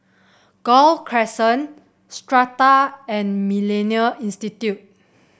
Gul Crescent Strata and MillenniA Institute